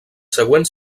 següents